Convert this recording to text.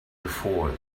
before